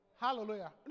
Hallelujah